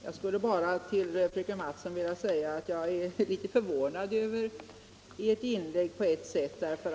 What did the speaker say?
Herr talman! Jag är på ett sätt litet förvånad över ert inlägg, fröken Mattson.